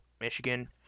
Michigan